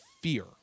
fear